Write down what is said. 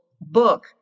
book